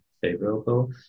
favorable